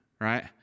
right